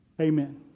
Amen